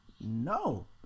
no